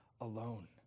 alone